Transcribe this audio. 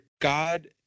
God